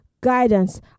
guidance